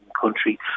country